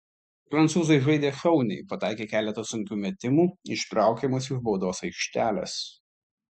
prancūzai žaidė šauniai pataikė keletą sunkių metimų ištraukė mus iš baudos aikštelės